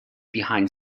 behind